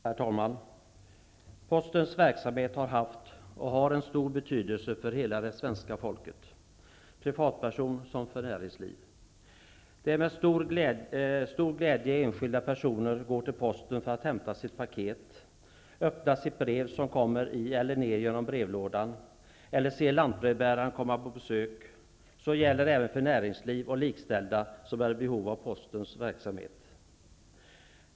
Herr talman! Postens verksamhet har haft och har en stor betydelse för hela svenska folket, såväl för privatpersoner som för näringsliv. Det är med stor glädje enskilda personer går till posten för att hämta sitt paket, öppnar sitt brev som kommer i brevlådan eller ser lantbrevbäraren komma på besök. Det gäller också näringsliv och likställda som är i behov av postens verksamhet.